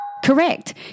Correct